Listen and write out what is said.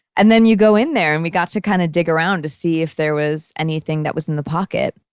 and then you go in there, and we got to kind of dig around to see if there was anything that was in the pocket.